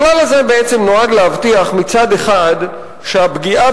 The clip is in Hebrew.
הכלל הזה נועד להבטיח מצד אחד שהפגיעה